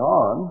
on